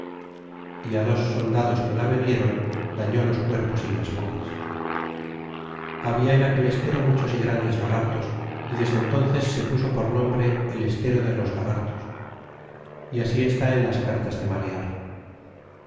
y dos soldados que la bebieron dañó los cuerpos y las bocas labia en aquel estero muchos y grandes lagartos y desde entonces se puso por nombre el estero de los lagartos y así está en las cartas de marear